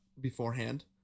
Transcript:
beforehand